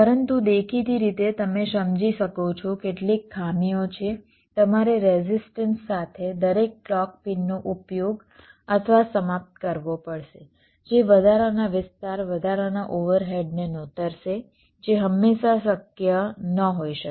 પરંતુ દેખીતી રીતે તમે સમજી શકો છો કેટલીક ખામીઓ છે તમારે રેઝિસ્ટન્સ સાથે દરેક ક્લૉક પિનનો ઉપયોગ અથવા સમાપ્ત કરવો પડશે જે વધારાના વિસ્તાર વધારાના ઓવરહેડને નોતરશે જે હંમેશા શક્ય ન હોઈ શકે